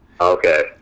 Okay